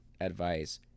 advice